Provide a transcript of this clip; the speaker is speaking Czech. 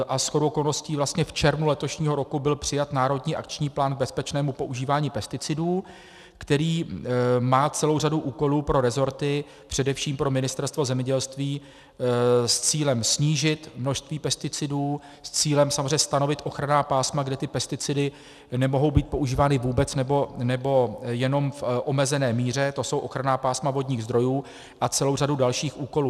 A shodou okolností v červnu letošního roku byl přijat národní akční plán k bezpečnému používání pesticidů, který má celou řadu úkolů pro resorty, především pro Ministerstvo zemědělství, s cílem snížit množství pesticidů, s cílem samozřejmě stanovit ochranná pásma, kde ty pesticidy nemohou být používány vůbec, nebo jenom v omezené míře, to jsou ochranná pásma vodních zdrojů, a celou řadu dalších úkolů.